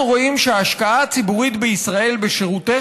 אנחנו רואים שההשקעה הציבורית בישראל בשירותי